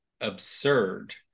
absurd